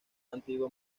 antigua